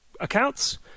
accounts